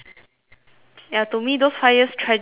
ya to me those five years tragic enough lah ah